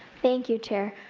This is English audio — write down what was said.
thank you, chair.